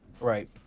right